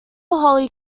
holy